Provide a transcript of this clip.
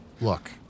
Look